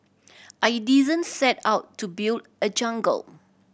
I didn't set out to build a jungle